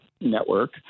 network